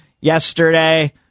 yesterday